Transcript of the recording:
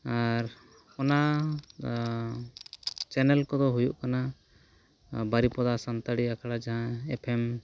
ᱟᱨ ᱚᱱᱟ ᱪᱮᱱᱮᱞ ᱠᱚᱫᱚ ᱦᱩᱭᱩᱜ ᱠᱟᱱᱟ ᱵᱟᱹᱨᱤᱯᱟᱫᱟ ᱥᱟᱱᱛᱟᱲᱤ ᱟᱹᱠᱷᱲᱟ ᱪᱮᱱᱮᱞ ᱮᱯᱷ ᱮᱢ